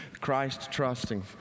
Christ-trusting